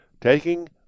taking